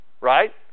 right